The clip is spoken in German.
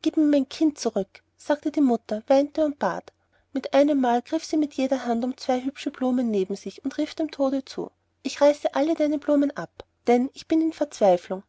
gieb mir mein kind zurück sagte die mutter und weinte und bat mit einemmal griff sie mit jeder hand um zwei hübsche blumen neben sich und rief dem tode zu ich reiße alle deine blumen ab denn ich bin in verzweifelung